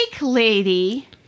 lady